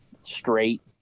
straight